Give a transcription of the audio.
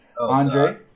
Andre